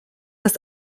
das